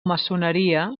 maçoneria